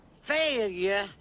failure